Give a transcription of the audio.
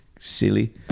silly